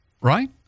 right